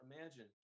imagine